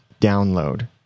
download